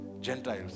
Gentiles